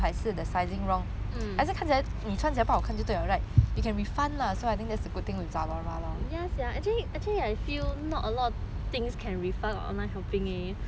ya sia actually actually I feel not a lot of things can refund on online shopping eh cause like to